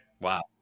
Wow